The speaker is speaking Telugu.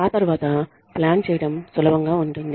ఆ తర్వాత ప్లాన్ చేయడం సులభం గా ఉంటుంది